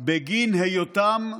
בגין היותם מחבלים.